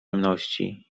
jemności